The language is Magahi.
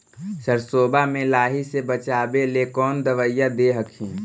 सरसोबा मे लाहि से बाचबे ले कौन दबइया दे हखिन?